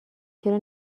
چرا